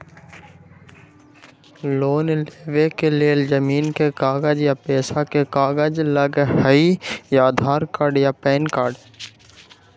Loan लेवेके लेल जमीन के कागज या पेशा के कागज लगहई या आधार कार्ड या पेन कार्ड?